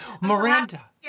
Miranda